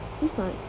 he's not